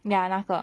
ya 那个